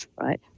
right